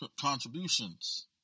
contributions